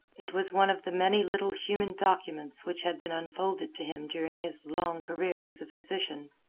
it was one of the many little human documents which had been unfolded to him during his long career as a physician.